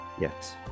Yes